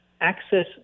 access